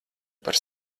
par